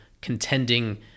contending